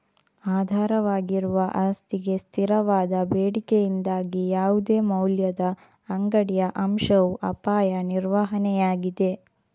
ಆಧಾರವಾಗಿರುವ ಆಸ್ತಿಗೆ ಸ್ಥಿರವಾದ ಬೇಡಿಕೆಯಿಂದಾಗಿ ಯಾವುದೇ ಮೌಲ್ಯದ ಅಂಗಡಿಯ ಅಂಶವು ಅಪಾಯ ನಿರ್ವಹಣೆಯಾಗಿದೆ